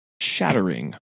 shattering